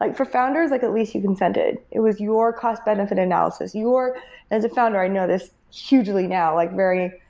like for founders, like at least you consented. it was your cost benefit analysis, your as a founder, i know this, hugely now, like very,